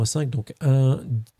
cinq, donc un,